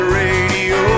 radio